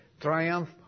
triumph